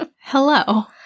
hello